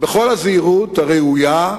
בכל הזהירות הראויה,